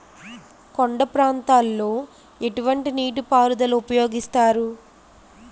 కొండ ప్రాంతాల్లో ఎటువంటి నీటి పారుదల ఉపయోగిస్తారు?